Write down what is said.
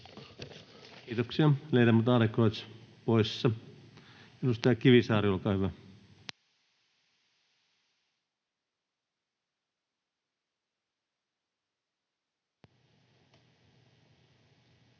Kiitoksia. — Ledamot Adlercreutz, poissa. — Edustaja Kivisaari, olkaa hyvä. Arvoisa